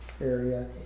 Area